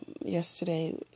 Yesterday